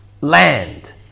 land